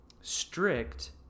strict